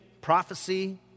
prophecy